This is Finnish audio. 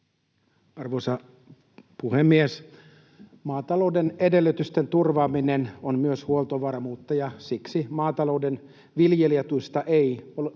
Arvoisa puhemies! Maatalouden edellytysten turvaaminen on myös huoltovarmuutta, ja siksi maatalouden viljelijätuista ei ole